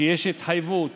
שיש התחייבות